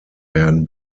werden